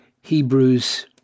Hebrews